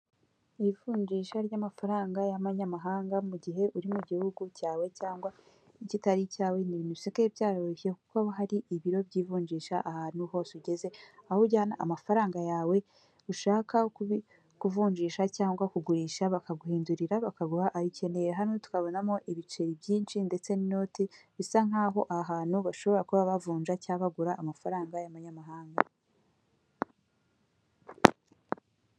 Ivunjisha ry'amafaranga y'amanyamahanga mu gihe uri mu gihugu cyawe cyangwa kitari icyawe nti ibintu bisigaye byaroroshye kuko hari ibiro by'ivunjisha ahantu hose ugeze, aho ujyana amafaranga yawe ushaka kuvunjisha cyangwa kugurisha bakaguhindurira bakaguha uyikeneye hano twabonamo ibiceri byinshi ndetse n'inoti bisa nkaho aha hantu bashobora kuba bavunja cyangwa bagura amafaranga y'amanyamahanga.